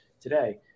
today